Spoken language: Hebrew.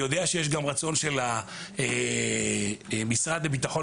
אני יודע שיש גם רצון של המשרד לביטחון